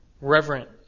Reverent